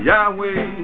Yahweh